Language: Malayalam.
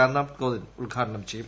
രാംനാഥ് കോവിന്ദ് ഉദ്ഘാടനം ചെയ്യും